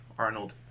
Arnold